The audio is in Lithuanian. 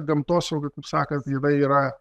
gamtosauga kaip sakant jinai yra